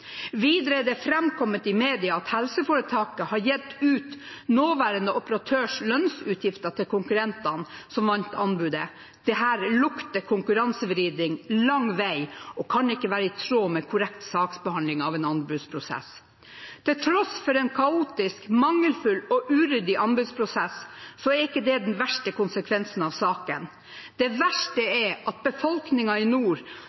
Videre er det framkommet i mediene at helseforetaket har gitt ut nåværende operatørs lønnsutgifter til konkurrentene som vant anbudet. Dette lukter konkurransevridning lang vei og kan ikke være i tråd med korrekt saksbehandling av en anbudsprosess. Til tross for en kaotisk, mangelfull og uryddig anbudsprosess er ikke det den verste konsekvensen av saken. Det verste er befolkningen i